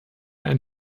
ein